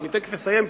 אני תיכף אסיים,